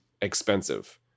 expensive